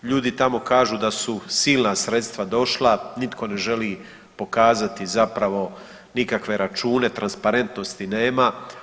Ljudi tako kažu da su silna sredstva došla, nitko ne želi pokazati zapravo nikakve račune, transparentnosti nema.